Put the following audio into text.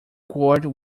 cord